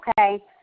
Okay